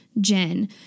Jen